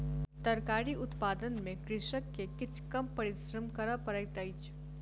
तरकारी उत्पादन में कृषक के किछ कम परिश्रम कर पड़ैत अछि